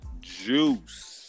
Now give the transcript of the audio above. Juice